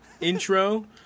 intro